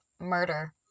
Murder